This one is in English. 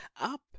up